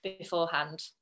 Beforehand